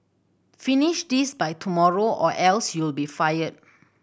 finish this by tomorrow or else you'll be fired